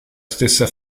stessa